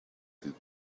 the